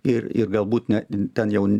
ir ir galbūt ne ten jau